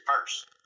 first